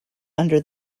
under